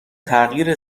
تغییر